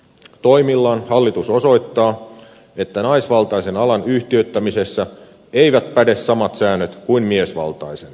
toimillaan hallitus osoittaa että naisvaltaisen alan yhtiöittämisessä eivät päde samat säännöt kuin miesvaltaisen